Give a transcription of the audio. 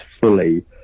fully